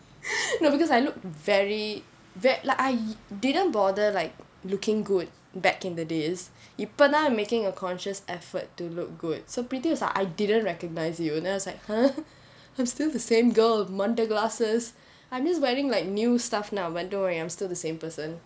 no because I look very very like I didn't bother like looking good back in the days இப்ப தான்:ippa thaan I'm making a conscious effort to look good so preeti was like I didn't recognise you then I was like !huh! I'm still the same girl மண்டை:mandai glasses I'm just wearing like new stuff now but don't worry I'm still the same person